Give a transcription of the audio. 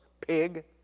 pig